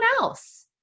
else